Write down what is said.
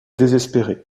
désespéré